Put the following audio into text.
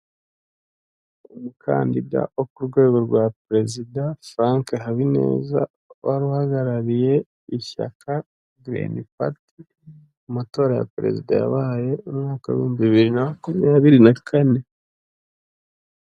Umukandida wo ku rwego rwa perezida Franke Habineza wari uhagarariye ishyaka girini pati mu matora ya perezida yabaye umwaka w'ibihumbi bibiri na makumyabiri na kane.